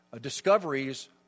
discoveries